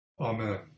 Amen